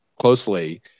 closely